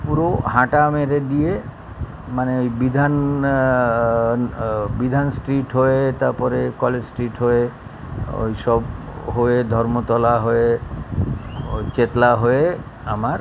পুরো হাঁটা মেরে দিয়ে মানে ওই বিধান বিধান স্ট্রিট হয়ে তারপরে কলেজ স্ট্রিট হয়ে ওই সব হয়ে ধর্মতলা হয়ে ওই চেতলা হয়ে আমার